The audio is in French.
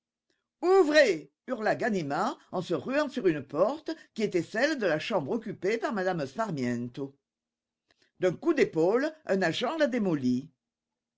ouvrez hurla ganimard en se ruant sur une porte qui était celle de la chambre occupée par mme sparmiento d'un coup d'épaule un agent la démolit